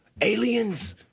aliens